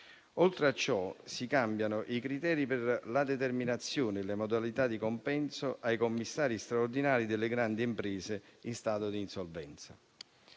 Oltre a ciò, si cambiano i criteri per la determinazione e le modalità di compenso ai commissari straordinari delle grandi imprese in stato d'insolvenza.